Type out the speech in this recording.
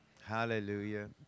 hallelujah